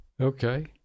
Okay